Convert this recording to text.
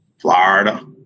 Florida